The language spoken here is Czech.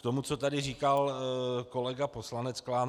K tomu, co tady říkal kolega poslanec Klán.